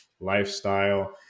lifestyle